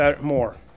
more